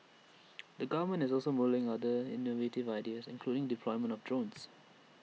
the government is also mulling other innovative ideas including the deployment of drones